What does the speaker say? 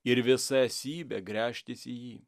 ir visa esybe gręžtis į jį